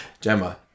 Gemma